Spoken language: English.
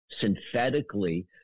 synthetically